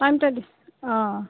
টাইমটা দি অঁ